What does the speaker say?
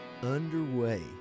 underway